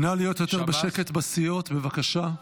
נא להיות יותר בשקט בסיעות, בבקשה.